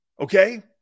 Okay